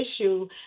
issue